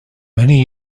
many